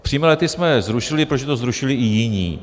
Přímé lety jsme zrušili, protože to zrušili i jiní.